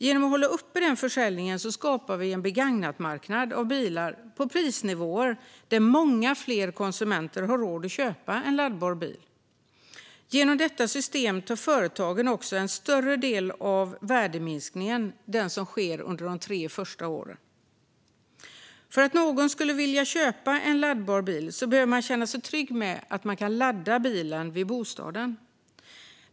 Genom att hålla uppe den försäljningen skapar vi en begagnatmarknad av bilar på prisnivåer där många fler konsumenter har råd att köpa en laddbar bil. Genom detta system tar också företagen en större del av värdeminskningen som sker under de tre första åren. För att någon ska vilja köpa en laddbar bil behöver man känna sig trygg med att man kan ladda bilen vid bostaden.